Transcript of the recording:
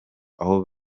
aho